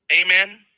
Amen